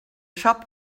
shop